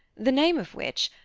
the name of which,